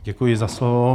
Děkuji za slovo.